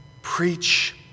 Preach